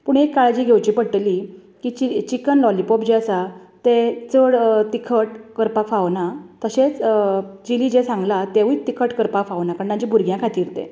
पूण एक काळजी घेवची पडटली ती चिली चिकन लॉलिपॉप जे आसा तें चड तिखट करपाक फावना तशेंच चिली जें सांगला तेवूंय तिखट करपाक फावना कारण तांच्या भुरग्यां खातीर तें